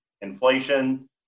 inflation